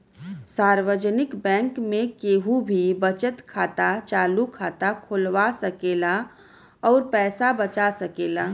सार्वजनिक बैंक में केहू भी बचत खाता, चालु खाता खोलवा सकेला अउर पैसा बचा सकेला